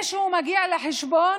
לפני שהוא מגיע לחשבון,